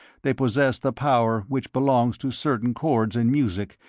they possessed the power which belongs to certain chords in music,